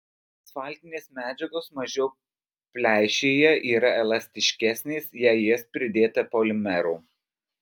asfaltinės medžiagos mažiau pleišėja yra elastiškesnės jei į jas pridėta polimerų